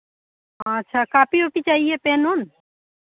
अच्छा कापी उपी चाहिए पेन उन